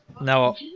Now